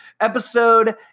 episode